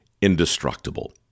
indestructible